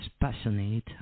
passionate